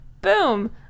boom